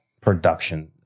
production